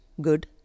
good